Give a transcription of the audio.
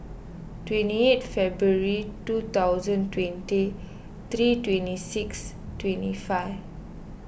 twenty eight February two thousand twenty three twenty six twenty five